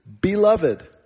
beloved